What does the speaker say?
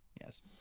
yes